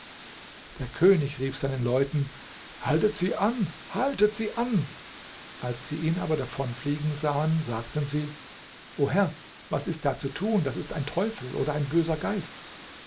der könig rief seinen leuten haltet sie an haltet sie an als sie ihn aber davonfliegen sahen sagten sie o herr was ist da zu tun das ist ein teufel oder ein böser geist